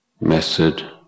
method